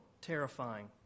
terrifying